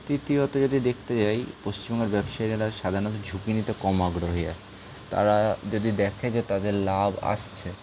তৃতীয়ত যদি দেখতে যাই পশ্চিমবঙ্গের ব্যবসায়ীরা সাধারণত ঝুঁকি নিতে কম আগ্রহী হয় তারা যদি দেখে যে তাদের লাভ আসছে